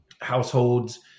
households